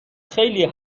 خیلی